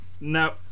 no